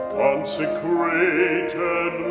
consecrated